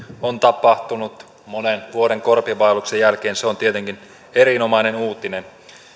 on tapahtunut monen vuoden korpivaelluksen jälkeen on tietenkin erinomainen uutinen